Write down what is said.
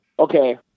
Okay